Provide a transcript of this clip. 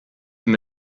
dem